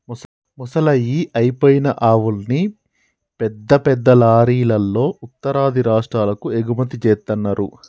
ముసలయ్యి అయిపోయిన ఆవుల్ని పెద్ద పెద్ద లారీలల్లో ఉత్తరాది రాష్టాలకు ఎగుమతి జేత్తన్నరు